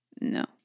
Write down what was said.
No